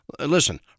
Listen